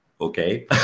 Okay